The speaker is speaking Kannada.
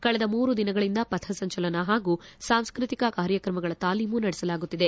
ಕಳೆದ ಮೂರು ದಿನಗಳಿಂದ ಪಥಸಂಚಲನ ಹಾಗೂ ಸಾಂಸ್ಕತಿಕ ಕಾರ್ಯಕ್ರಮಗಳ ತಾಲೀಮು ನಡೆಸಲಾಗುತ್ತಿದೆ